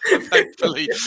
thankfully